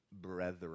brethren